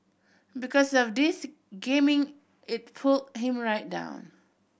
because of this gaming it pulled him right down